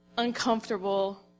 uncomfortable